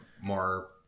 more